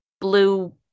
blue